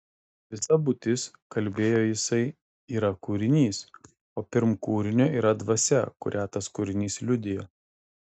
visa būtis kalbėjo jisai yra kūrinys o pirm kūrinio yra dvasia kurią tas kūrinys liudija